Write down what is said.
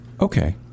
Okay